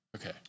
Okay